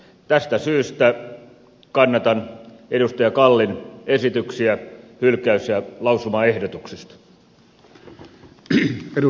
tästä syystä kannatan edustaja kallin esityksiä hylkäys ja lausumaehdotuksista